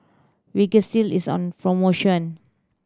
Vagisil is on promotion